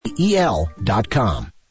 el.com